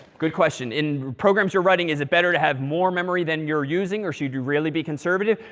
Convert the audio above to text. good question. in programs you're writing, is it better to have more memory than you're using, or should you really be conservative?